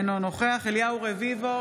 אינו נוכח אליהו רביבו,